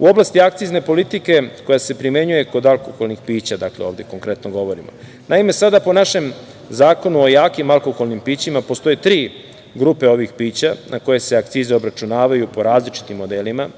oblasti akcizne politike koja se primenjuje kod alkoholnih pića, dakle ovde konkretno govorimo, naime, sada po našem Zakonu o jakim alkoholnim pićima postoje tri grupe ovih pića na koje se akcize obračunavaju po različitim modelima,